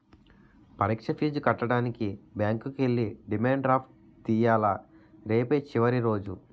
పరీక్ష ఫీజు కట్టడానికి బ్యాంకుకి ఎల్లి డిమాండ్ డ్రాఫ్ట్ తియ్యాల రేపే చివరి రోజు